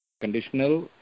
conditional